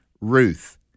Ruth